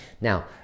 Now